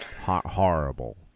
horrible